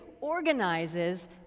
organizes